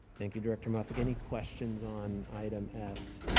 thank you, director muffick. any questions on item s?